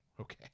Okay